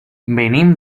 venim